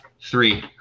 Three